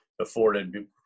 afforded